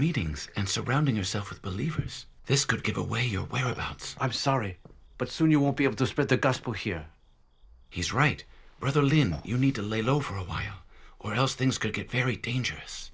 meetings and surrounding yourself with believe this could give away your whereabouts i'm sorry but soon you won't be able to spread the gospel here he's right brother lino you need to lay low for a while or else things could get very dangerous